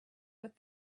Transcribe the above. with